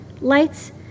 lights